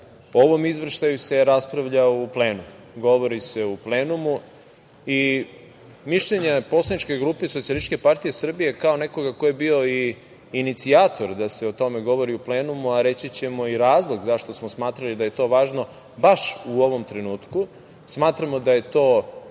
ovom izveštaju se raspravlja u plenumu, govori se u plenumu. Mišljenja poslaničke grupe SPS kao nekoga ko je bio i inicijator da se o tome govori u plenumu, a reći ćemo i razlog zašto smo smatrali da je to važno baš u ovom trenutku. Smatramo da je to